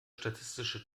statistische